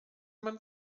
man